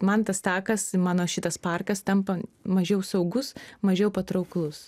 man tas takas mano šitas parkas tampa mažiau saugus mažiau patrauklus